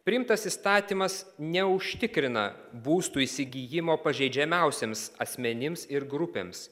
priimtas įstatymas neužtikrina būstų įsigijimo pažeidžiamiausiems asmenims ir grupėms